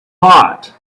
hot